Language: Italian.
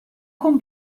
con